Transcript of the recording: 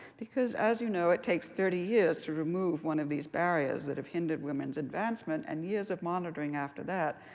because as you know, it takes thirty years to remove one of these barriers that have hindered women's advancement and years of monitoring after that,